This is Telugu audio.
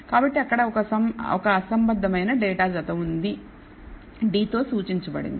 కాబట్టి అక్కడ ఒక అసంబద్ధమైన డేటాజత ఉంది D తో సూచించబడింది